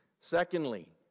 Secondly